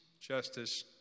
justice